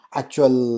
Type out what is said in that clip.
actual